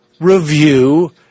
review